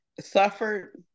suffered